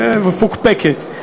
אה, מפוקפקת.